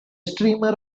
streamer